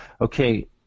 okay